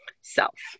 self